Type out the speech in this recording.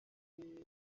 ifite